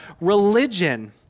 religion